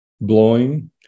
blowing